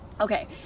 Okay